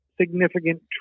significant